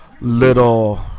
little